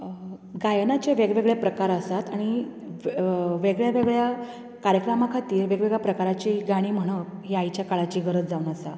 गायनांचे वेगवेगळे प्रकार आसात आनी वेगळ्या वेगळ्या कार्यक्रमां खातीर वेगळ्या वेगळ्या प्रकारांची गाणी म्हणप हे आयच्या काळाची गरज जावन आसा